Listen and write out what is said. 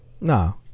No